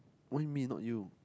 why me not you